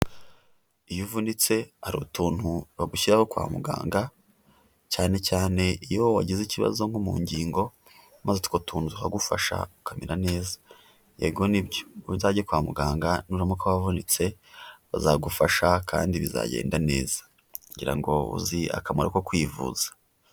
Iyo uvunitse hari utuntu bagushyira kwa muganga, cyane cyane iyo wagize ikibazo nko mu ngingo maze utwo tuntu tukagufasha ukamera neza, yego nibyo uzajye kwa muganga nuramuka wavunitse bazagufasha kandi bizagenda neza, ngira ngo uzi akamaro ko kwivuza.